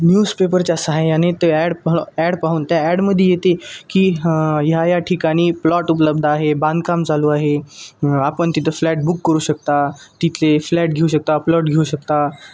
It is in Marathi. न्यूज पेपरच्या साह्याने ते ॲड पाह ॲड पाहून त्या ॲड मध्ये येते की ह्या या ठिकाणी प्लॉट उपलब्ध आहे बांधकाम चालू आहे आपण तथं फ्लॅट बुक करू शकता तिथले फ्लॅट घेऊ शकता प्लॉट घेऊ शकता